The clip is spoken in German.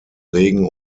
regen